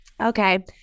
Okay